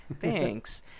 Thanks